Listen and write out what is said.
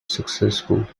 successful